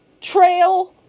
trail